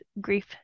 grief